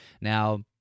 Now